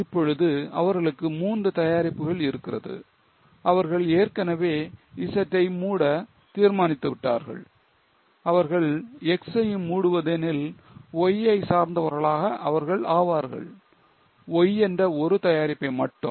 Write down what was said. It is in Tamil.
இப்பொழுது அவர்களுக்கு மூன்று தயாரிப்புகள் இருக்கிறது அவர்கள் ஏற்கனவே Z ஐ மூட தீர்மானித்து விட்டார்கள் அவர்கள் X யும் மூடுவது எனில் Y ஐ சார்ந்தவர்களாக அவர்கள் ஆவார்கள் Y என்ற ஒரு தயாரிப்பை மட்டும்